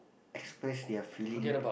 express their feeling